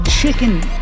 Chicken